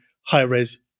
high-res